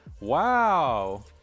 wow